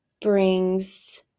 brings